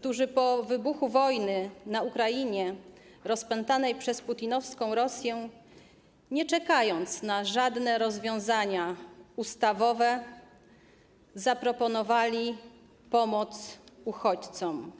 którzy po wybuchu wojny na Ukrainie, rozpętanej przez putinowską Rosję, nie czekając na żadne rozwiązania ustawowe, zaproponowali pomoc uchodźcom.